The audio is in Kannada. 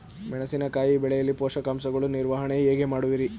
ಮೆಣಸಿನಕಾಯಿ ಬೆಳೆಯಲ್ಲಿ ಪೋಷಕಾಂಶಗಳ ನಿರ್ವಹಣೆ ಹೇಗೆ ಮಾಡುವಿರಿ?